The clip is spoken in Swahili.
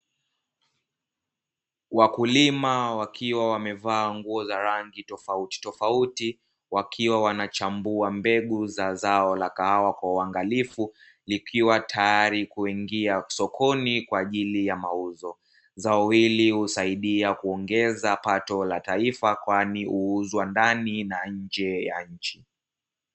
Wakulima wakiwa wamevaa nguo za rangi tofautitofauti, wakiwa wanachambua mbegu za zao la kahawa kwa uangalifu, likiwa tayari kuingia sokoni kwa ajili ya mauzo. Zao hili husaidia kuongeza pato la taifa kwani huuzwa ndani na nje ya nchi.